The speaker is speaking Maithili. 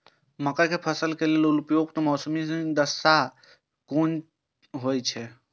मके के फसल के लेल उपयुक्त मौसमी दशा कुन होए छै?